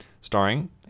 starring